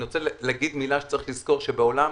אני רוצה להגיד מילה שצריך לזכור, שבעולם